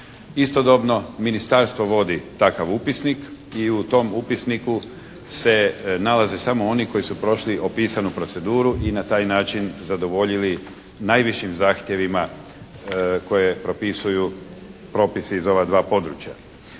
Istodobno ministarstvo vodi takav upisnik i u tom upisniku se nalaze samo oni koji su prošli opisanu proceduru i na taj način zadovoljili najvišim zahtjevima koje propisuju propisi iz ova dva područja.